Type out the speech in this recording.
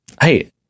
hey